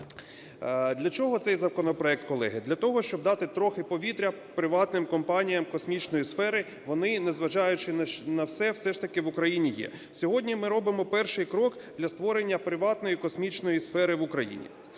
Для чого цей законопроект, колеги? Для того, щоб дати трохи повітря приватним компаніям космічної сфери. Вони, не зважаючи на все, все ж таки в Україні є. Сьогодні ми робимо перший крок для створення приватної космічної сфери в Україні.